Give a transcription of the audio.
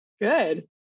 Good